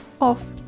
off